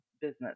business